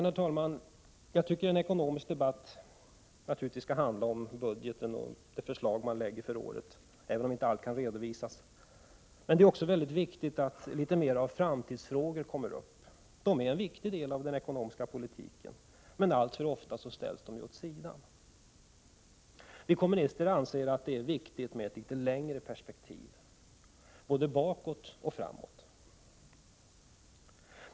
Jag tycker, herr talman, att en ekonomisk debatt naturligtvis skall handla om budgeten och det förslag som läggs fram för året, även om inte allt kan redovisas. Men det är också mycket viktigt att litet fler framtidsfrågor kommer upp. De är en viktig del av den ekonomiska politiken, men alltför ofta ställs de åt sidan. Vi kommunister anser att det är viktigt med ett litet längre perspektiv — både bakåt och framåt.